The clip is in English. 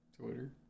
Twitter